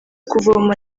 kuvoma